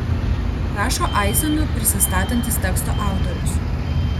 rašo aizenu prisistatantis teksto autorius